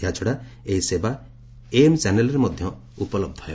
ଏହାଛଡ଼ା ଏହି ସେବା ଏଏମ୍ ଚ୍ୟାନେଲ୍ରେ ମଧ୍ୟ ଉପଲବ୍ଧ ହେବ